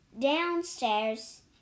downstairs